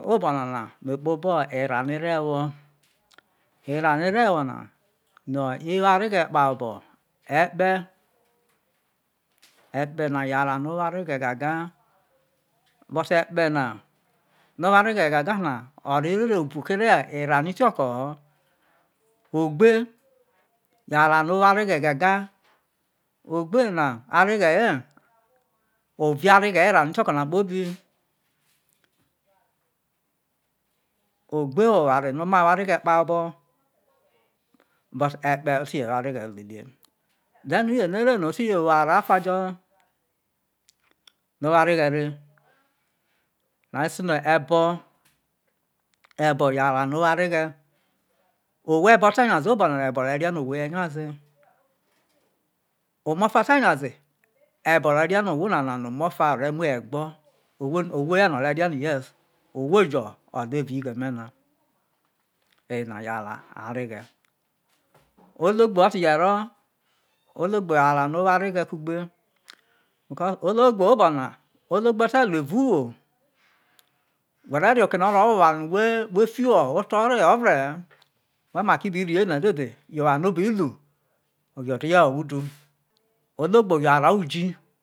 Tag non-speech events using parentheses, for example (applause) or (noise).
Obo̠ nana me kpo obo̠ erao no̠ ire ewo erao na no̠ iwo areghe kpaobo̠ e̠kpe̠ e̠kpe̠ na yo arao no̠ owo areghe̠ gaga but e̠kpe̠ na o̠ro̠ ere ro bu kere erao ni kio̠ ko̠ho̠, ogbe yo arao no̠ owo areghe̠ gaga yo̠ ogbe na areghe ye ori (hesitation) ovi areghe erao ni kio̠ko̠ na kpobi ogbe ho oware no̠ omai wo areghe kpaobo̠ but e̠kpe̠ ti je wo areghe̠ leve then oje no̠ eri no oti je wo arao ofa jo̠ no wo areghe̠ ra no̠ ase no̠ ebo̠, ebo yo̠ arao no̠ owo areghe̠ owo ebo̠ o̠te̠ nyaze obo̠ nana o̠re̠ rie̠ no̠ owho no̠ na omofa ore mue e̠gbo̠ owho ye̠ na orerie no yes owho jo o̠ruo̠ evao ighe, me na eye na y arao areghe ologbo ote je̠ ro̠ ologbo arao no owo areghe kugbe ko̠ obona ologbo o̠te̠ ruo evao̠ uwo wo̠ re rie oke no oro wo oware no̠ wo fiho̠ oto̠ vre̠ he, oma ki bi riyena dede yo oware no obi ru orie udu ologbo yo̠ arao̠ uji.